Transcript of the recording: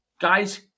guys –